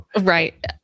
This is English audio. Right